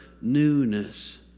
newness